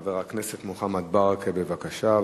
חבר הכנסת מוחמד ברכה, בבקשה.